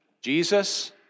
Jesus